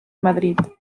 madrid